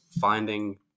finding